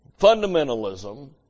fundamentalism